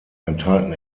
enthalten